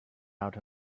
out